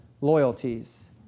loyalties